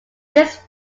this